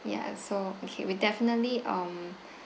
ya so okay we definitely um